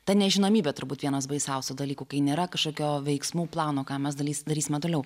ta nežinomybė turbūt vienas baisiausių dalykų kai nėra kažkokio veiksmų plano ką mes dalys darysime toliau